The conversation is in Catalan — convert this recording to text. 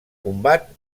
combat